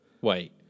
Wait